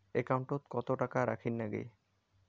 একাউন্টত কত টাকা রাখীর নাগে?